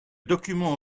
document